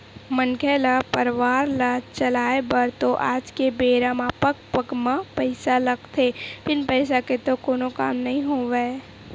मनखे ल परवार ल चलाय बर तो आज के बेरा म पग पग म पइसा लगथे बिन पइसा के तो कोनो काम नइ होवय